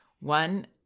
One